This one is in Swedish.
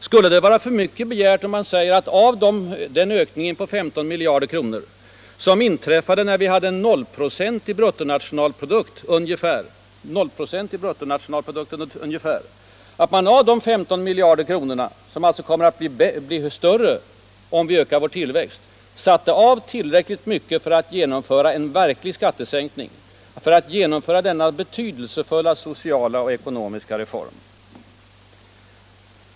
Skulle det vara för mycket begärt, att man av ökningen på 15 miljarder kronor —- som inträffade när vi hade en ungefär nollprocentig ökning av bruttonationalprodukten, en summa som alltså kommer att bli betydligt större om vi ökar vår tillväxt — satte av tillräckligt mycket för att genomföra en verklig skattesänkning. Det finns alltså goda ekonomiska möjligheter Allmänpolitisk debatt Allmänpolitisk debatt på sikt att, om man vill, genomföra den betydelsefulla sociala och ekonomiska reform som en skattesänkning utgör.